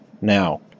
Now